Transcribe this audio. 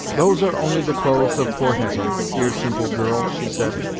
those are only the clothes of poor hetty, dear simple girl! she said,